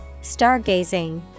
stargazing